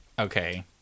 Okay